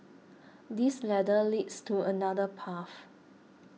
this ladder leads to another path